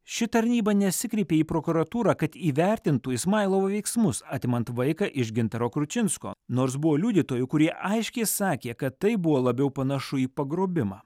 ši tarnyba nesikreipė į prokuratūrą kad įvertintų ismailovo veiksmus atimant vaiką iš gintaro kručinsko nors buvo liudytojų kurie aiškiai sakė kad tai buvo labiau panašu į pagrobimą